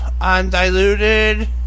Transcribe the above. undiluted